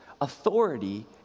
Authority